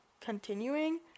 continuing